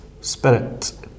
spirit